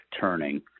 Turning